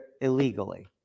illegally